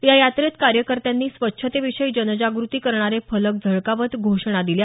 या यात्रेत कार्यकर्त्यांनी स्वच्छतेविषयी जनजागृती करणारे फलक झळकावत घोषणा दिल्या